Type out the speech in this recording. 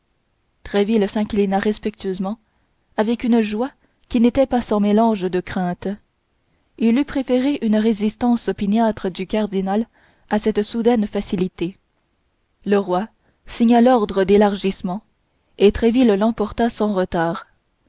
suffisante tréville s'inclina respectueusement avec une joie qui n'était pas sans mélange de crainte il eût préféré une résistance opiniâtre du cardinal à cette soudaine facilité le roi signa l'ordre d'élargissement et tréville l'emporta sans retard